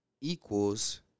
equals